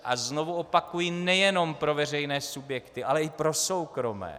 A znovu opakuji, nejenom pro veřejné subjekty, ale i pro soukromé.